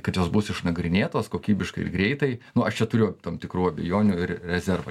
kad jos bus išnagrinėtos kokybiškai ir greitai nu aš čia turiu tam tikrų abejonių ir rezervų